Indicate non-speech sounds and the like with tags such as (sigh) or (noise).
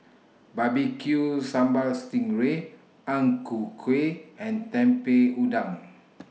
Barbecued Sambal Sting Ray Ang Ku Kueh and (unintelligible) Udang